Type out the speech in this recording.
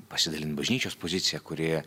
pasidalint bažnyčios poziciją kuri